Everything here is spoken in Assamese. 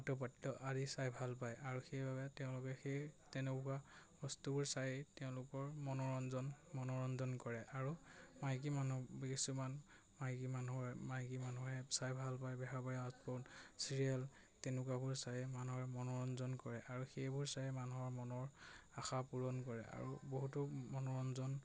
পটো পাত্ৰ আদি চাই ভাল পায় আৰু সেইবাবে তেওঁলোকে সেই তেনেকুৱা বস্তুবোৰ চাই তেওঁলোকৰ মনোৰঞ্জন মনোৰঞ্জন কৰে আৰু মাইকী মানুহ কিছুমান মাইকী মানুহে মাইকী মানুহে চাই ভাল পায় বেহাৰবাৰী আউটপষ্ট চিৰিয়েল তেনেকুৱাবোৰ চায় মানুহে মনোৰঞ্জন কৰে আৰু সেইবোৰ চায়েই মানুহৰ মনৰ আশা পূৰণ কৰে আৰু বহুতো মনোৰঞ্জন